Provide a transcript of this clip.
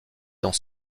dans